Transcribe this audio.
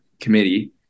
committee